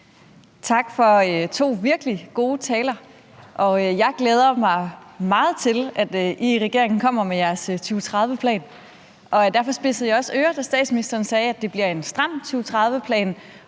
Tak for to virkelig gode taler, og jeg glæder mig meget til, at I i regeringen kommer med jeres 2030-plan, og derfor spidsede jeg også ører, da statsministeren sagde, at det bliver en stram 2030-plan,